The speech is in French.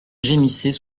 gémissait